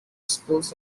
schools